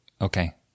okay